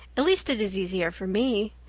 at least, it is easier for me.